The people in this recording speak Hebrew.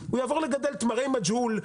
הוא יעבור לגדל תמרי מג'הול,